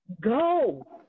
go